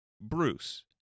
Bruce